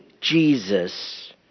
Jesus